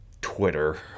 Twitter